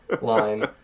line